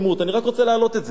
אני רק רוצה להעלות את זה.